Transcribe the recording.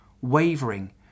wavering